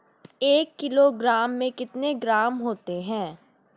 एक किलोग्राम में कितने ग्राम होते हैं?